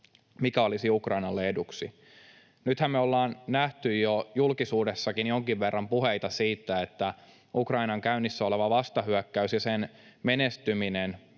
mikä olisi Ukrainalle eduksi. Nythän me ollaan nähty jo julkisuudessakin jonkin verran puheita Ukrainan käynnissä olevasta vastahyökkäyksestä ja sen menestymisestä,